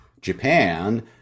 Japan